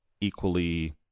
equally